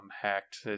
hacked